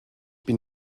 bin